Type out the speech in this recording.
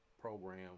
program